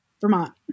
Vermont